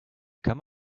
come